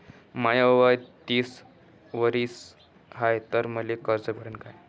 माय वय तीस वरीस हाय तर मले कर्ज भेटन का?